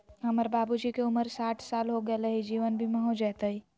हमर बाबूजी के उमर साठ साल हो गैलई ह, जीवन बीमा हो जैतई?